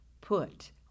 put